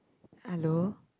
hello